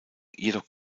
jedoch